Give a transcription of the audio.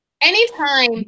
anytime